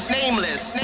nameless